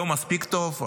לא מספיק טוב,